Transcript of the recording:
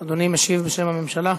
אדוני משיב בשם הממשלה.